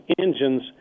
engines